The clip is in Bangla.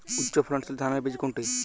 উচ্চ ফলনশীল ধানের বীজ কোনটি?